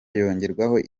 yongerwa